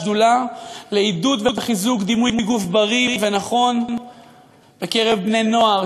השדולה לעידוד ולחיזוק דימוי גוף בריא ונכון בקרב בני-נוער,